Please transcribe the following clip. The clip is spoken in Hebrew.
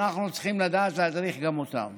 אנחנו צריכים לדעת להדריך גם אותם.